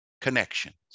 connections